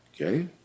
okay